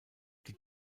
die